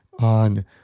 on